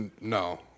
No